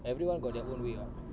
everyone got their own way [what]